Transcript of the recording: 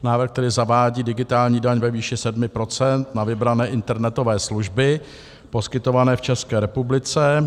Návrh tedy zavádí digitální daň ve výši 7 % na vybrané internetové služby poskytované v České republice.